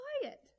quiet